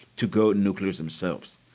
to go nuclear themselves.